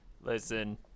Listen